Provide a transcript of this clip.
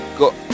got